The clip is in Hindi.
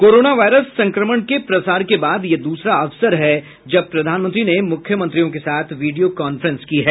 कोरोना वायरस संक्रमण के प्रसार के बाद यह द्रसरा अवसर है जब प्रधानमंत्री ने मुख्यमंत्रियों के साथ वीडियों कांफ्रेंस की है